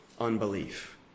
unbelief